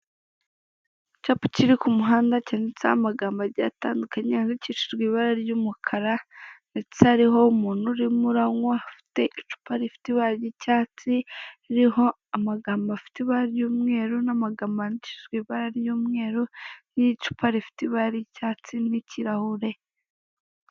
Icyapa kiri ku muhanda cyanditseho amagambo agiye atandukanye yandikishijwe ibara ry'umukara, ndetse hariho umuntu urimo uranywa. Ufite icupa rifite ibara ry'icyatsi ririho amagambo afite ibara ry'umweru, n'amagambo yandikishijwe ibara ry'umweru. Ririho icupa rifite ibara ry'icyatsi n'ikirahure.